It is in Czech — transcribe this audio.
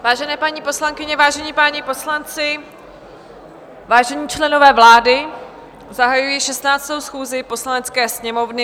Vážené paní poslankyně, vážení páni poslanci, vážení členové vlády, zahajuji 16. schůzi Poslanecké sněmovny.